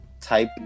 type